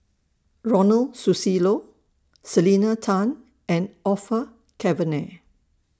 Ronald Susilo Selena Tan and Orfeur Cavenagh